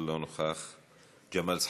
אינו נוכח, ג'מאל זחאלקה,